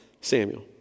Samuel